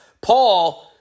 Paul